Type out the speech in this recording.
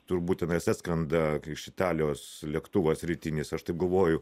turbūt tenais atskrenda kai iš italijos lėktuvas rytinis aš taip galvoju